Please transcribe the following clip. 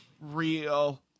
real